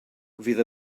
fydd